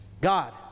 God